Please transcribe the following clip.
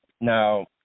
now